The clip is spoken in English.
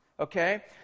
Okay